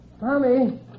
Mommy